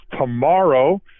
tomorrow